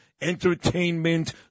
entertainment